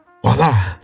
Voila